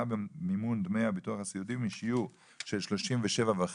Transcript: במימון דמי הביטוח הסיעודי משיעור של 37.5%